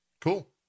Cool